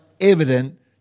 evident